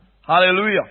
Hallelujah